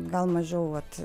gal mažiau vat